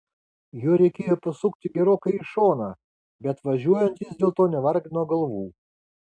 juo reikėjo pasukti gerokai į šoną bet važiuojantys dėl to nevargino galvų